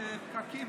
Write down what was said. יש פקקים.